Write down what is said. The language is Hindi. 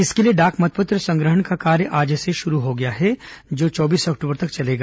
इसके लिए डाक मतपत्र संग्रहण का कार्य आज से शुरू हो गया है जो चौबीस अक्टूबर तक चलेगा